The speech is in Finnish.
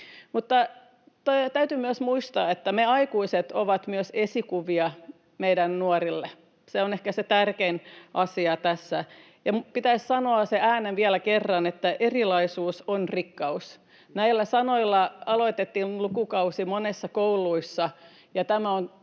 täytyy myös muistaa, että me aikuiset olemme myös esikuvia meidän nuorille. Se on ehkä se tärkein asia tässä. Ja pitäisi sanoa se ääneen vielä kerran, että erilaisuus on rikkaus. Näillä sanoilla aloitettiin lukukausi monessa koulussa.